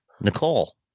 Nicole